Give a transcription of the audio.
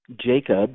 Jacob